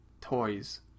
toys